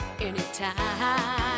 anytime